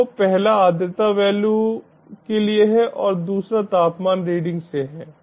तो पहला आर्द्रता मूल्य के लिए है और दूसरा तापमान रीडिंग से है